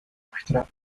muestra